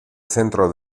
centro